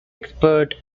expert